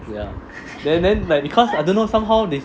ya and then like because I don't know somehow they